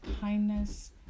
kindness